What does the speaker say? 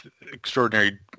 extraordinary